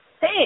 Hey